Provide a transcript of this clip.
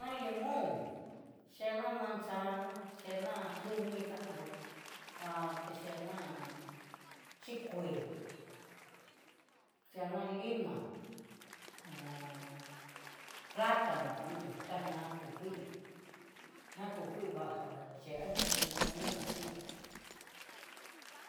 Hó limón xhena manzana, chena tr ikando jan cheda chikui, chena lima ho plano kando tangia ko kuii, nguia ku kuii va jan che anyivii ñoo nravi ihá.